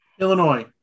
illinois